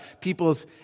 people's